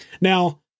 Now